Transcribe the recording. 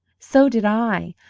so did i,